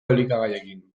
elikagaiekin